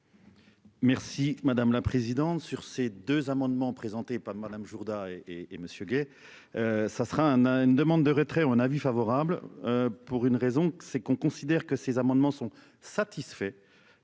Merci madame la présidente. Sur ces deux amendements présentés par Madame Jourda et et Monsieur Gay. Ça sera un, un, une demande de retrait on avis favorable. Pour une raison c'est qu'on considère que ces amendements sont satisfaits